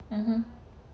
(uh huh)